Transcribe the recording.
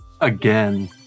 Again